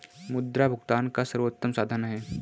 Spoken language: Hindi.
मुद्रा भुगतान का सर्वोत्तम साधन है